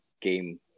game